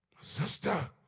Sister